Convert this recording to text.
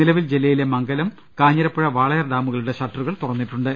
നിലവിൽ ജില്ലയിലെ മംഗലം കാഞ്ഞിരപ്പുഴ വാളയാർ ഡാമുകളുടെ ഷട്ടറുകൾ തുറന്നിട്ടുണ്ട്